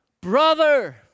Brother